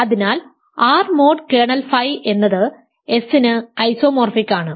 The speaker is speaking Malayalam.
അതിനാൽ R മോഡ് കേർണൽ ഫൈ എന്നത് S ന് ഐസോമോർഫിക് ആണ്